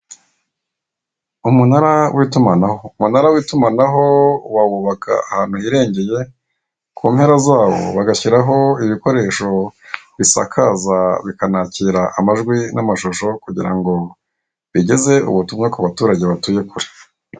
Umunara wa itumanaho: Umunara wa itumanaho bawubaka ahantu hiregeye kumpera zawo bagashyiraho ibikoresho bisakaza, bikanakira amajwi na amashusho kugira ngo bigeze ubutumwa kubaturage batuye kure.